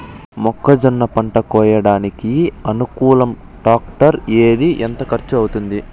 మొక్కజొన్న పంట కోయడానికి అనుకూలం టాక్టర్ ఏది? ఎంత ఖర్చు అవుతుంది?